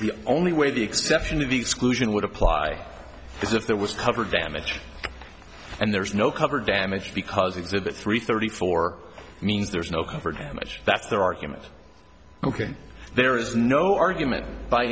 the only way the exception of the exclusion would apply is if there was cover damage and there's no cover damage because exhibit three thirty four means there's no covered image that's their argument ok there is no argument by